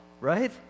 right